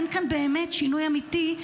אין כאן באמת שינוי אמיתי,